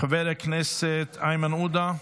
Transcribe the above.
חבר הכנסת איימן עודה,